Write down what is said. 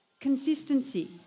Consistency